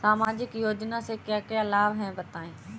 सामाजिक योजना से क्या क्या लाभ हैं बताएँ?